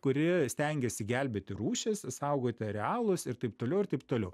kuri stengiasi gelbėti rūšis saugoti arealus ir taip toliau ir taip toliau